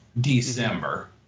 December